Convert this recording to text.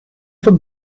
for